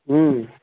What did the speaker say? ہوں